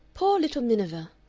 poor little miniver!